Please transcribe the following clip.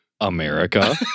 America